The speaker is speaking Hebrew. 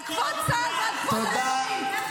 --- אתם תשמרו על כבוד צה"ל ועל כבוד הלוחמים.